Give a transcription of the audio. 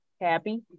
happy